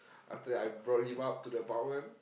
after that I brought him up to the apartment